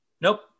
Nope